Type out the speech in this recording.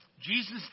Jesus